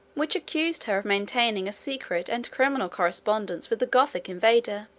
which accused her of maintaining a secret and criminal correspondence with the gothic invader.